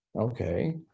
okay